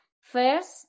first